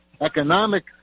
economic